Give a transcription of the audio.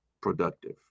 productive